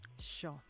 Sure